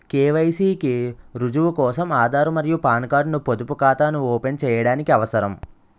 KYC కి రుజువు కోసం ఆధార్ మరియు పాన్ కార్డ్ ను పొదుపు ఖాతాను ఓపెన్ చేయడానికి అవసరం